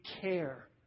care